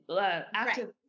Active